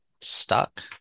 stuck